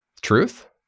Truth